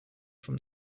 from